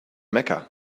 mecca